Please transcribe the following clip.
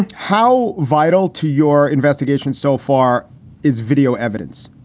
and how vital to your investigation so far is video evidence?